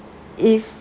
if